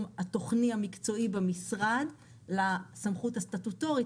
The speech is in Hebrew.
המקצועי-תוכני במשרד לסמכות הסטטוטורית,